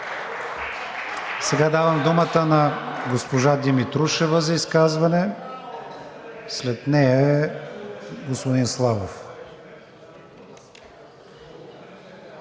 Сега давам думата на госпожа Димитрушева за изказване. След нея е господин Славов.